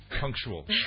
punctual